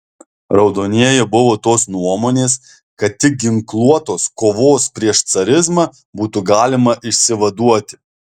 raudonieji buvo tos nuomonės kad tik ginkluotos kovos prieš carizmą būdu galima išsivaduoti